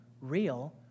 real